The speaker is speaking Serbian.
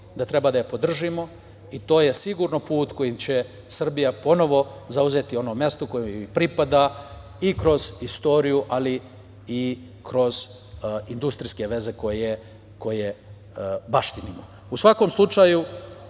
da treba da je podržimo i to je sigurno put kojim će Srbija ponovo zauzeti ono mesto koje joj pripada, i kroz istoriju, ali i kroz industrijske veze koje baštinimo.U svakom slučaju,